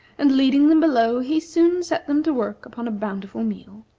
and leading them below, he soon set them to work upon a bountiful meal.